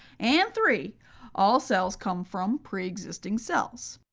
and three all cells come from preexisting cells.